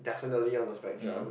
definitely on the spectrum